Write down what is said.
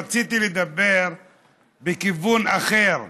רציתי לדבר בכיוון אחר,